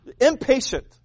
Impatient